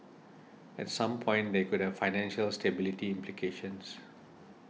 at some point they could have financial stability implications